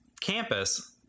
campus